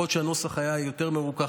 יכול להיות שהנוסח היה יותר מרוכך,